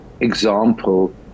example